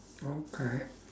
okay